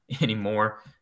anymore